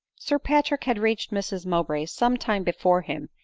sir patrick had reached mrs mowbray's some time before him,